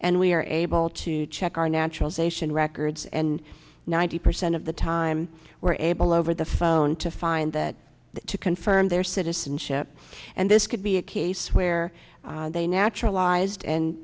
and we're able to check our naturalization records and ninety percent of the time we're able over the phone to find that to confirm their citizenship and this could be a case where they naturalized and